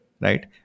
Right